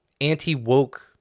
anti-woke